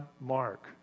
Mark